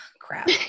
crap